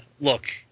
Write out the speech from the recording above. Look